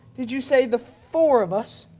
did you say the four of us?